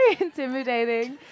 intimidating